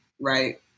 Right